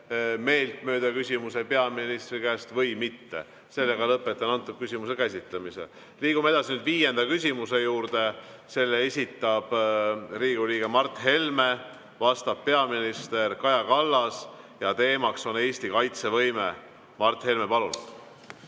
meeltmööda küsimuse peaministri käest või mitte. Lõpetan selle küsimuse käsitlemise. Liigume edasi viienda küsimuse juurde. Selle esitab Riigikogu liige Mart Helme, vastab peaminister Kaja Kallas ja teema on Eesti kaitsevõime. Mart Helme, palun!